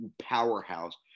powerhouse